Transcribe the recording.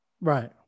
Right